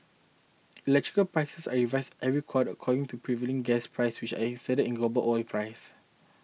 electrical prices are revise every quarter according to prevailing gas price which are indexed in global oil price